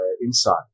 inside